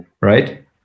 right